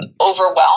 overwhelmed